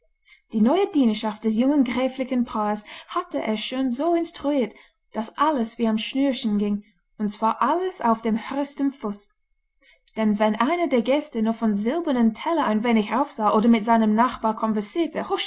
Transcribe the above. die neue dienerschaft des jungen gräflichen paares hatte er schon so instruiert daß alles wie am schnürchen ging und zwar alles auf dem höchsten fuß denn wenn einer der gäste nur vom silbernen teller ein wenig aufsah oder mit seinem nachbar